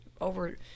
over